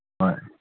ꯍꯣꯏ